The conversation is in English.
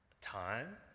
time